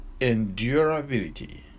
endurability